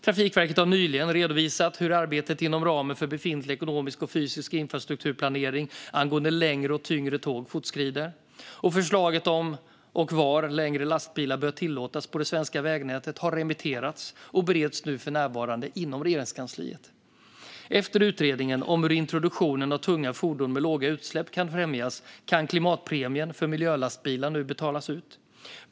Trafikverket har nyligen redovisat hur arbetet inom ramen för befintlig ekonomisk och fysisk infrastrukturplanering angående längre och tyngre tåg fortskrider. Förslaget om och var längre lastbilar bör tillåtas på det svenska vägnätet har remitterats och bereds för närvarande inom Regeringskansliet. Efter utredning om hur introduktionen av tunga fordon med låga utsläpp kan främjas kan klimatpremien för miljölastbilar nu betalas ut.